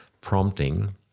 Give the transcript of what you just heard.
prompting